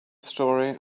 story